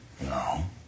No